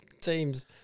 teams